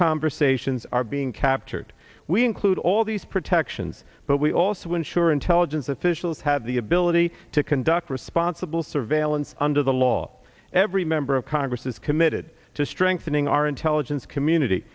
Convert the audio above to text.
conversations are being captured we include all these protections but we also ensure intelligence officials have the ability to conduct responsible surveillance under the law every member of congress is committed to strengthening our intelligence community